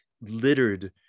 littered